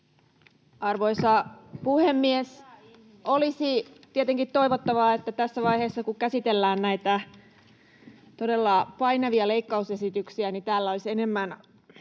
Arvoisa puhemies! Olisi tietenkin toivottavaa, että tässä vaiheessa, kun käsitellään näitä todella painavia leikkausesityksiä, täällä olisi enemmän